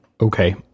Okay